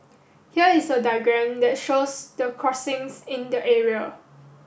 here is a diagram that shows the crossings in the area